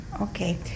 Okay